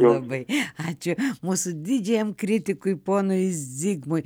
labai ačiū mūsų didžiajam kritikui ponui zigmui